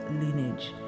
lineage